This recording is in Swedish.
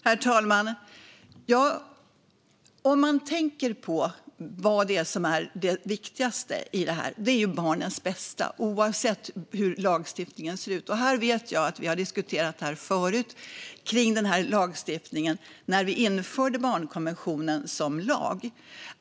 Herr talman! Det viktigaste i detta är ju barnens bästa, oavsett hur lagstiftningen ser ut. Jag vet att vi har diskuterat detta förut, när vi införde barnkonventionen som lag.